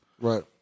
Right